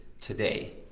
today